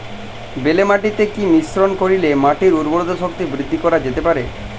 বেলে মাটিতে কি মিশ্রণ করিলে মাটির উর্বরতা শক্তি বৃদ্ধি করা যেতে পারে?